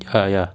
ya ya